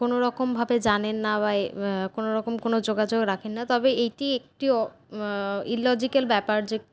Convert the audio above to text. কোনোরকমভাবে জানেন না বা কোনোরকম কোনো যোগাযোগ রাখেন না তবে এইটি একটি ইললজিক্যাল ব্যাপার যে